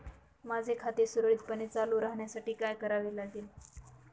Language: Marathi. माझे खाते सुरळीतपणे चालू राहण्यासाठी काय करावे लागेल?